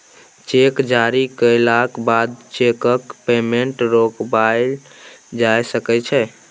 cheque जारी कएलाक बादो चैकक पेमेंट रोकबाएल जा सकै छै